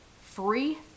free